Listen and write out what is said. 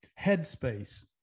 headspace